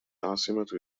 عاصمة